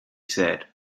said